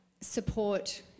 support